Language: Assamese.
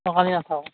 অঁ কালি নাথাকো